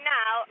now